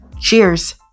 Cheers